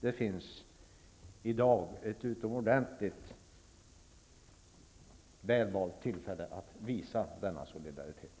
Det finns i dag ett utomordentligt väl valt tillfälle att visa denna solidaritet.